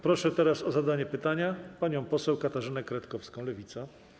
Proszę teraz o zadanie pytania panią poseł Katarzynę Kretkowską, Lewica.